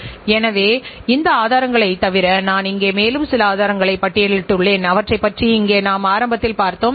ஏனெனில் இதுபல பங்குகள் வைத்திருக்கும் பங்குதாரர்களின் ஒரு வணிக நிறுவனம் ஆகும்